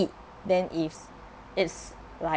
then it's it's like